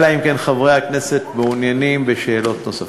אלא אם כן חברי הכנסת מעוניינים בשאלות נוספות.